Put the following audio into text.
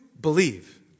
Believe